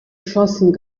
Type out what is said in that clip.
schossen